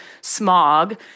smog